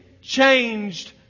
changed